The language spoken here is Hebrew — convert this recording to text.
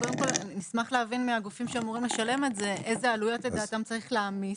נשמח להבין מהגופים שאמורים לשלם את זה איזה עלויות לדעתם צריך להעמיס.